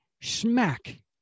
smack